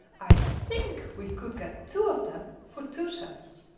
i think we could get two of them for two cents.